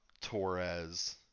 Torres